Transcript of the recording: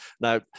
Now